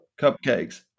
cupcakes